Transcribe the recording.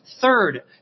Third